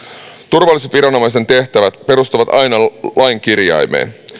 turvallisuusviranomaisen tehtävät perustuvat aina lain kirjaimeen